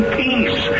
peace